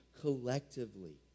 collectively